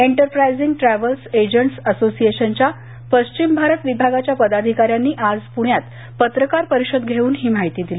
enterprising travel agents असोसिएशनच्या पश्चिम भारत विभागाच्या पदाधिकाऱ्यांनी आज प्ण्यात पत्रकार परिषद घेऊन ही माहिती दिली